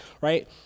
right